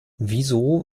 wieso